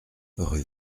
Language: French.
rue